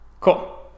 cool